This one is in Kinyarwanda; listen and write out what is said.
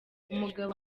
umugabo